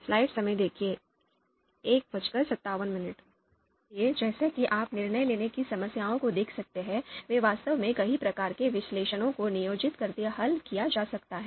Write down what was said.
इसलिए जैसा कि आप निर्णय लेने की समस्याओं को देख सकते हैं वे वास्तव में कई प्रकार के विश्लेषणों को नियोजित करके हल किया जा सकता है